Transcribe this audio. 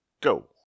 go